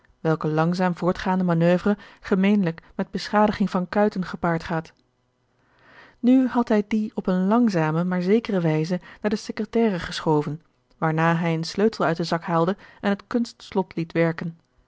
welke langzaam voortgaande manoeuvre gemeenlijk met beschadiging van kuiten gepaard gaat nu had hij dien op eene langzame maar zekere wijze naar de secretaire geschoven waarna hij een sleutel uit den zak haalde en het kunstslot liet werken